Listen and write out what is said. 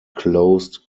closed